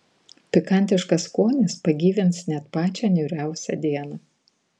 pikantiškas skonis pagyvins net pačią niūriausią dieną